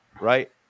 Right